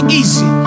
easy